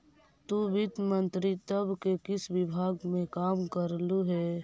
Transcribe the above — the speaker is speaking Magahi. तु वित्त मंत्रित्व के किस विभाग में काम करलु हे?